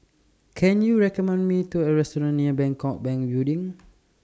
Can YOU recommend Me to A Restaurant near Bangkok Bank Building